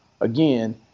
again